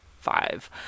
five